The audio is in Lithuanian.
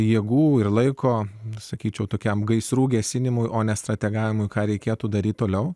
jėgų ir laiko sakyčiau tokiam gaisrų gesinimui o ne strategavimui ką reikėtų daryti toliau